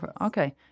okay